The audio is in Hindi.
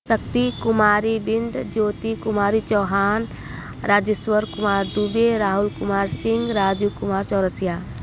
शक्ति कुमारी बिन्द ज्योति कुमारी चौहान राजेश्वर कुमार दूबे राहुल कुमार सिंह राजू कुमार चौरसिया